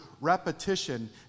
repetition